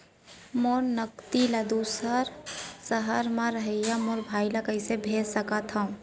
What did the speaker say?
मोर नगदी ला दूसर सहर म रहइया मोर भाई ला कइसे भेज सकत हव?